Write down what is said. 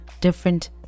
different